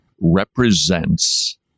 represents